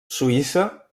suïssa